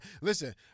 listen